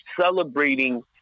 celebrating